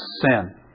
sin